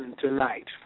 tonight